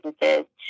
businesses